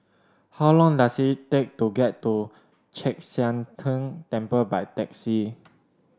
how long does it take to get to Chek Sian Tng Temple by taxi